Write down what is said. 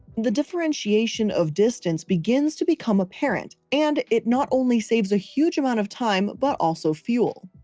the differentiation of distance begins to become apparent. and it not only saves a huge amount of time, but also fuel.